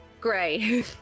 gray